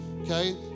okay